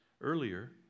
earlier